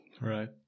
Right